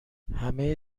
همه